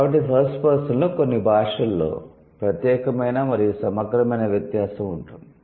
కాబట్టి first person లో కొన్ని భాషలలో ప్రత్యేకమైన మరియు సమగ్రమైన వ్యత్యాసం ఉంటుంది